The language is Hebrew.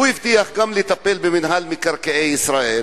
הוא הבטיח גם לטפל במינהל מקרקעי ישראל,